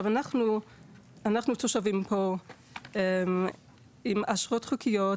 אנחנו תושבים פה עם אשרות חוקיות,